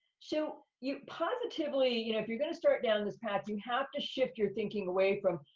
so, you positively, you know, if you're gonna start down this path, you have to shift your thinking away from,